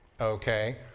Okay